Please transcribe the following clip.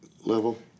level